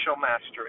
mastery